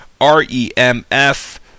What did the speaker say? R-E-M-F